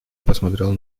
посмотрел